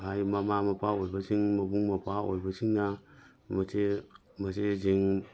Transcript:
ꯍꯥꯏꯗꯤ ꯃꯃꯥ ꯃꯄꯥ ꯑꯣꯏꯕꯁꯤꯡ ꯃꯕꯨꯡ ꯃꯧꯄ꯭ꯋꯥ ꯑꯣꯏꯕꯁꯤꯡꯅ ꯃꯆꯦꯁꯤꯡ